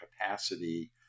capacity